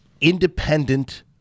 independent